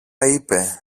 είπε